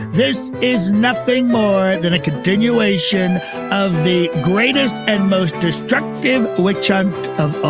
this is nothing more than a continuation of the greatest and most destructive which i'm of